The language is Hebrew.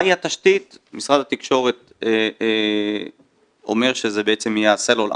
מהי התשתית משרד התקשורת אומר שזה בעצם יהיה הסלולר.